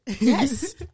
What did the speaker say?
Yes